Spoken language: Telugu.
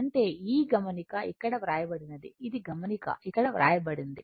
అంటే ఈ గమనిక ఇక్కడ వ్రాయబడినది ఇది గమనిక ఇక్కడ వ్రాయబడింది